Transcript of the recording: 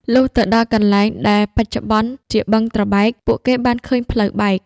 លុះទៅដល់កន្លែងដែលបច្ចុប្បន្នជា បឹងត្របែក ពួកគេបានឃើញផ្លូវបែក។